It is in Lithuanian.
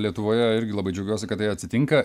lietuvoje irgi labai džiaugiuosi kad tai atsitinka